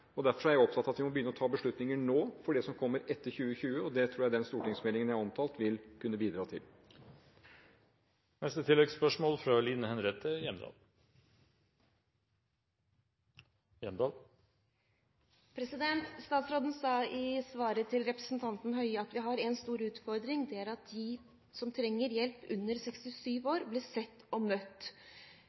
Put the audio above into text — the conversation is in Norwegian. Derfor er jeg opptatt av at vi må begynne å ta beslutninger nå for det som kommer etter 2020. Det tror jeg den stortingsmeldingen jeg har omtalt, vil kunne bidra til. Line Henriette Hjemdal – til oppfølgingsspørsmål. Statsråden sa i svaret til representanten Høie at vi har én stor utfordring; og det er at de under 67 år som trenger hjelp, blir sett og møtt.